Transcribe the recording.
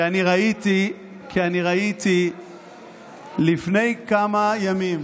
כי אני ראיתי לפני כמה ימים,